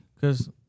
Cause